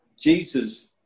Jesus